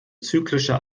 zyklische